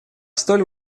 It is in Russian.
столь